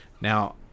Now